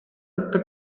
кытта